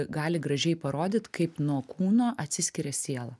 gali gražiai parodyt kaip nuo kūno atsiskiria siela